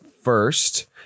first